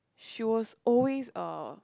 she was always uh